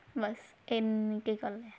ਬਸ ਐਨੀ ਕੁ ਗੱਲ ਹੈ